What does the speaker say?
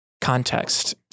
context